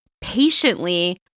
patiently